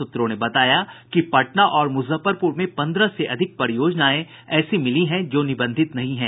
सूत्रों ने बताया कि पटना और मुजफ्फरपुर में पन्द्रह से अधिक परियोजनाएं ऐसी मिली हैं जो निबंधित नहीं हैं